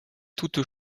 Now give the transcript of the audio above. toutes